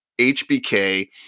HBK –